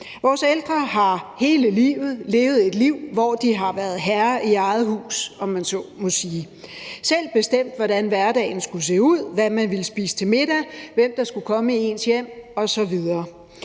Vores ældre har hele livet levet et liv, hvor de har været herrer i eget hus – om man så må sige – selv bestemt, hvordan hverdagen skulle se ud, hvad man ville spise til middag, hvem der skulle komme i ens hjem osv.